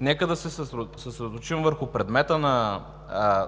Нека да се съсредоточим върху предмета на